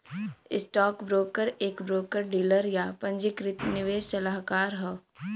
stockbroker एक broker dealer, या पंजीकृत निवेश सलाहकार हौ